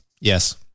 Yes